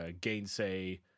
Gainsay